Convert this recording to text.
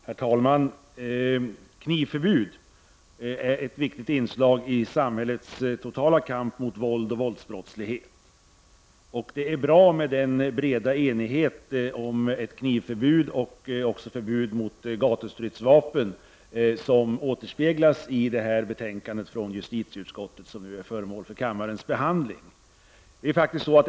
Herr talman! Knivförbud är ett viktigt inslag i samhällets totala kamp mot våld och våldsbrottslighet. Det är bra att vi har fått till stånd den breda enighet om ett knivförbud och även ett förbud mot gatustridsvapen som återspeglas i det betänkande från justitieutskottet som nu är föremål för kammarens behandling.